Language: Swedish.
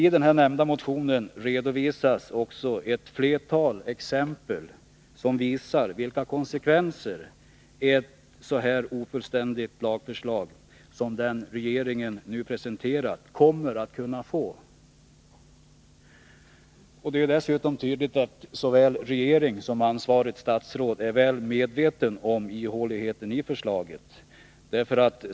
I den nämnda motionen ges flera exempel som visar vilka konsekvenser ett så ofullständigt lagförslag som det regeringen nu presenterar kan få. Det är dessutom tydligt att såväl regering som ansvarigt statsråd är väl medveten om ihåligheten i förslaget.